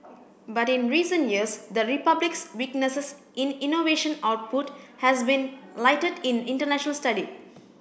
but in recent years the Republic's weaknesses in innovation output has been lighted in international study